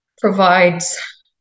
provides